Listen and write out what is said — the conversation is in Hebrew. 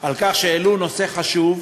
על כך שהעלו נושא חשוב,